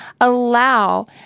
allow